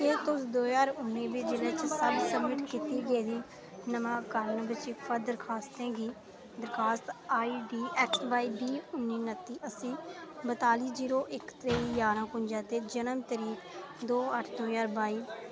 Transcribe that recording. केह् तुस दो हजार उन्नी बीह् जि'ले च साढ़ी सब्मिट कीती गेदी नमाकरण बजीफा दरखास्तें गी दरखास्त आई डी ऐक्स बाई बीह् उन्नी नत्ती अस्सी बताली जीरो इक त्रेई जारां कुंजा ते जनम तरीक दो अट्ठ दो ज्हार बाई